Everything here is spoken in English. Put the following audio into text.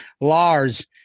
lars